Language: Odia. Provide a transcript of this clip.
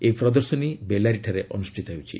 ଏହି ପ୍ରଦର୍ଶନୀ ବେଲାରୀଠାରେ ଅନୁଷ୍ଠିତ ହେଉଛି